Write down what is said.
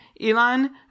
Elon